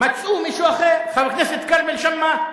מצאו מישהו אחר, חבר הכנסת שאמה-הכהן.